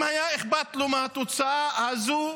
אם היה אכפת לו מהתוצאה הזו,